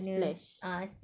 splash